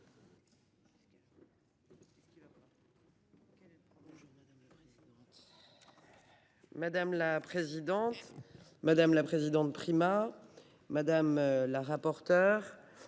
Madame la présidente, madame la présidente Prima. Madame la rapporte.